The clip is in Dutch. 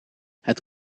het